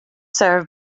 served